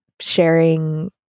sharing